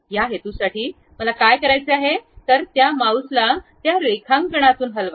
त्या हेतूसाठी मला काय करायचे आहे त्या माउसला त्या रेखांकनातून हलवा